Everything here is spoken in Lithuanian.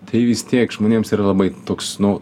tai vis tiek žmonėms ir labai toks nu